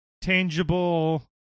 tangible